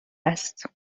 است